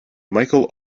michael